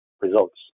results